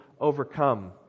overcome